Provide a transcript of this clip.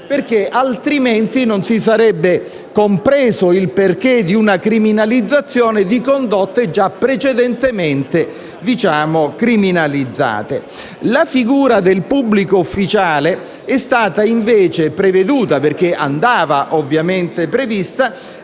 altrimenti non si sarebbe compreso il perché di una criminalizzazione di condotte precedentemente criminalizzate. La figura del pubblico ufficiale è stata invece prevista, perché andava fatta,